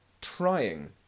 trying